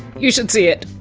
you should see it.